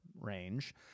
range